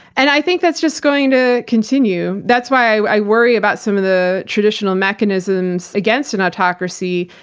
and i think that's just going to continue, that's why i worry about some of the traditional mechanisms against an autocracy.